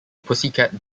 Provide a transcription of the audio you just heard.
pussycat